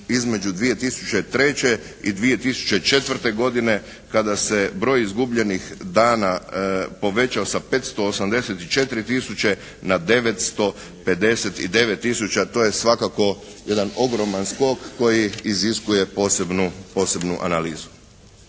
između 2003. i 2004. godine kada se broj izgubljenih dana povećao sa 584 tisuće na 959 tisuća. To je svakako jedan ogroman skok koji iziskuje posebnu, posebnu